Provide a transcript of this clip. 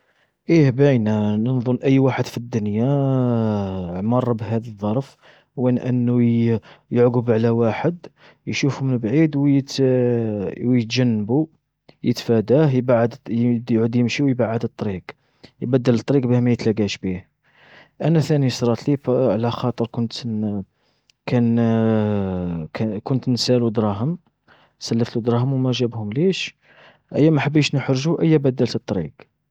ايه باينة، ن-نظن أي واحد في الدنيا مر بهذي الظرف، وين أنو يعقب على واحد، يشوفو من بعيد و يت يتجنبو، يتفاداه يبعد يعود يمشي ويبعد الطريق، يبدل الطريق باه ما يتلاقاش بيه. أنا ثاني صراتلي با علاخاطر كنت كان ك-كنت نسالوا دراهم، سلفتلوا دراهم وما جابهم ليش، أيا ما حبيش نحرجوا أيا بدلت الطريق.